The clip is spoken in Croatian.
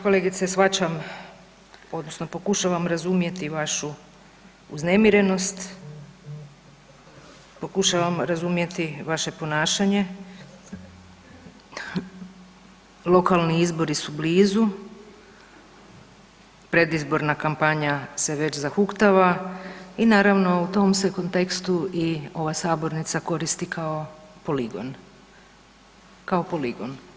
Kolegice shvaćam odnosno pokušavam razumjeti vašu uznemirenost, pokušavam razumjeti vaše ponašanje, lokalni izbori su blizu, predizborna kampanja se već zahuktava i naravno u tom se kontekstu i ova sabornica koristi kao poligon, kao poligon.